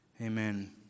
Amen